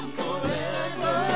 forever